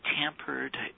tampered